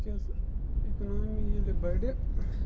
تِکیٛازِ اِکنامی ییٚلہِ بَڑِ